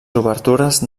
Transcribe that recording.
obertures